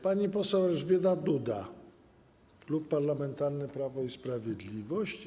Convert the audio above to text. Pani poseł Elżbieta Duda, Klub Parlamentarny Prawo i Sprawiedliwość.